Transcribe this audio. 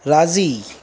राज़ी